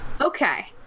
okay